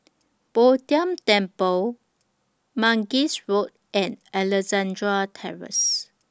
Bo Tien Temple Mangis Road and Alexandra Terrace